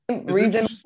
Reason